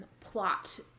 plot